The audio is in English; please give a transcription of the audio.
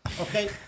okay